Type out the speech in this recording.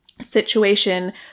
situation